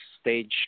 stage